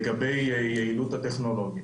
לגבי היעילות הטכנולוגית.